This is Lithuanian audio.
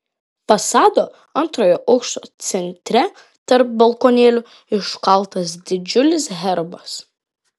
fasado antrojo aukšto centre tarp balkonėlių iškaltas didžiulis herbas